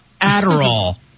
Adderall